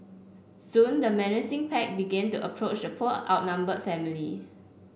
soon the menacing pack began to approach the poor outnumbered family